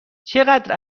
چقدر